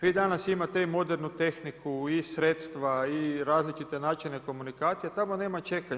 Vi danas imati i modernu tehniku i sredstva i različite načine komunikacije, tamo nema čekanja.